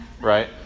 right